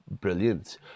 brilliant